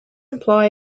imply